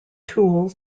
tool